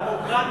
דמוקרטיה.